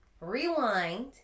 rewind